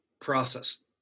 process